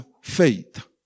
faith